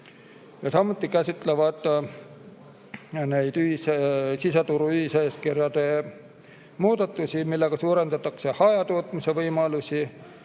Samuti käsitlevad need siseturu ühiseeskirjade muudatusi, millega suurendatakse hajatootmise võimalusi.